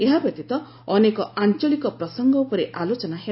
ଏହା ବ୍ୟତୀତ ଅନେକ ଆଞ୍ଚଳିକ ପ୍ରସଙ୍ଗ ଉପରେ ଆଲୋଚନା ହେବ